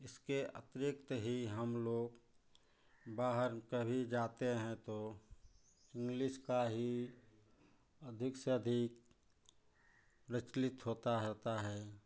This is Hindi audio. इसके अतिरिक्त ही हमलोग बाहर कभी जाते हैं तो इंग्लिस का ही अधिक से अधिक प्रचलित होता होता है